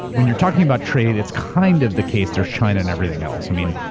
when you're talking about trade, it's kind of the case there's china and everything else. i mean,